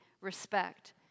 respect